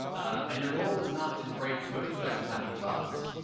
and your goal is not to write code that doesn't have any bugs,